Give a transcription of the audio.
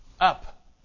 up